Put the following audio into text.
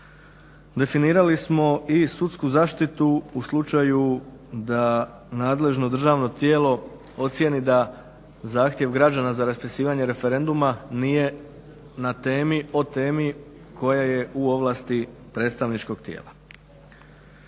definirali smo i sudsku zaštitu u slučaju da nadležno državno tijelo ocijeni da zahtjev građana za raspisivanje referenduma nije na temi, o temi koja je u ovlasti predstavničkog tijela.